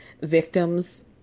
victims